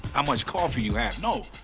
how much coffee you have? no,